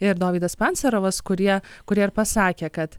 ir dovydas pancerovas kurie kurie ir pasakė kad